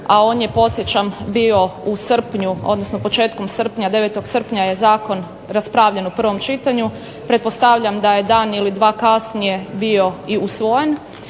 a on je podsjećam bio u srpnju, odnosno početkom srpnja, 9. srpnja je zakon raspravljan u prvom čitanju. Pretpostavljam da je dan ili dva kasnije bio i usvojen,